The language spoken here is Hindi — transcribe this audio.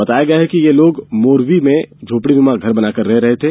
बताया गया है कि ये लोग मोरवी में झोपड़ीनुमा घर बनाकर रह रहे थे